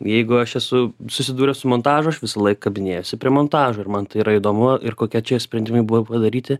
jeigu aš esu susidūręs su montažu aš visąlaik kabinėjuosi prie montažo ir man tai yra įdomu ir kokia čia sprendimai buvo padaryti